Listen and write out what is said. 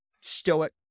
stoic